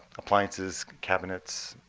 appliances, cabinets,